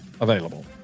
available